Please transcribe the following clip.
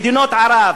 מדינות ערב,